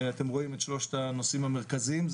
אתם רואים את שלושת הנושאים המרכזיים.